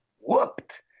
whooped